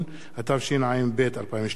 התשע"ב 2012,